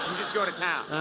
just go to town.